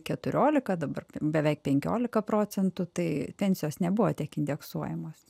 keturiolika dabar beveik penkiolika procentų tai pensijos nebuvo tiek indeksuojamos